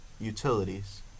utilities